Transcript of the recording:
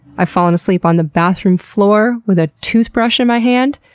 i've fallen asleep on the bathroom floor with a toothbrush in my hand.